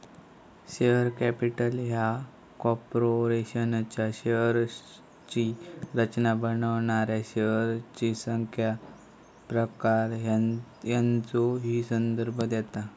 share capital ह्या कॉर्पोरेशनच्या शेअर्सची रचना बनवणाऱ्या शेअर्सची संख्या, प्रकार यांचो ही संदर्भ देता